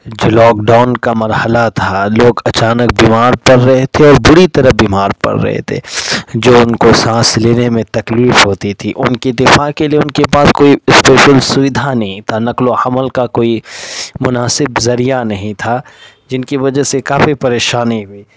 جو lockdown کا مرحلہ تھا لوگ اچانک بیمار پڑ رہے تھے اور بری طرح بیمار پڑ رہے تھے جو ان کو سانس لینے میں تکلیف ہوتی تھی ان کی دفاع کے لیے ان کے پاس کوئی اسپیشل سوودھا نہیں تھا نقل و حمل کا کوئی مناسب ذریعہ نہیں تھا جن کی وجہ سے کافی پریشانی ہوئی